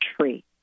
tree